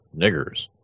niggers